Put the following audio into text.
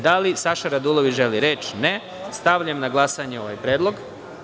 Da li Saša Radulović želi reč? (Ne) Stavljam na glasanje ovaj Predlog.